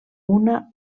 una